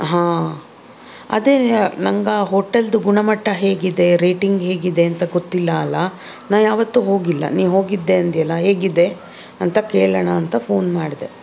ಹಾಂ ಅದೆ ನನಗೆ ಆ ಹೋಟೆಲ್ದು ಗುಣಮಟ್ಟ ಹೇಗಿದೆ ರೇಟಿಂಗ್ ಹೇಗಿದೆ ಅಂತ ಗೊತ್ತಿಲ್ಲ ಅಲ್ಲಾ ನಾ ಯಾವತ್ತೂ ಹೋಗಿಲ್ಲ ನೀನು ಹೋಗಿದ್ದೆ ಅಂದ್ಯಲ್ಲಾ ಹೇಗಿದೆ ಅಂತ ಕೇಳೋಣ ಅಂತ ಫೋನ್ ಮಾಡಿದೆ